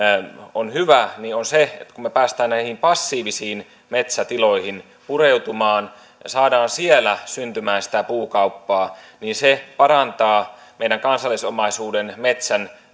on hyvä niin on se että kun me pääsemme näihin passiivisiin metsätiloihin pureutumaan ja saamme siellä syntymään sitä puukauppaa niin se parantaa meidän kansallisomaisuuden metsän